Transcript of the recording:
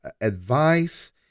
Advice